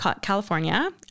California